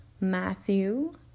matthew